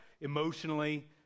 Emotionally